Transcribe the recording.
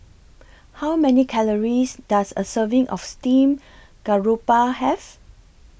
How Many Calories Does A Serving of Steamed Garoupa Have